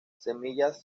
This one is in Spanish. semillas